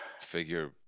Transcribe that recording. Figure